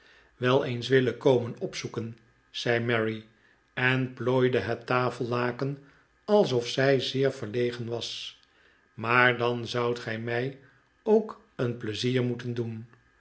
wel eens willeh komen opzoeken zei mary en plooide het tafellaken alsof zij zeer verlegen was maar dan zoudt gij mij ook een pleizier moeten doen